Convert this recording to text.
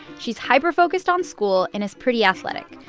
she's hyperfocused on school and is pretty athletic.